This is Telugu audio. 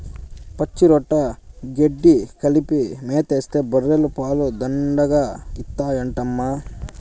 పచ్చిరొట్ట గెడ్డి కలిపి మేతేస్తే బర్రెలు పాలు దండిగా ఇత్తాయంటమ్మా